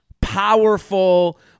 powerful